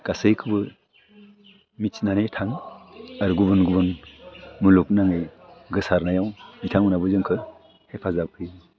गासैखौबो मिथिनानै थाङो आरो गुबुन गुबुन मुलुगनाङै गोसारनायाव बिथां मोनहाबो जोंखो हेफाजाब होयो